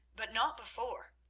but not before.